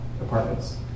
apartments